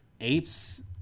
apes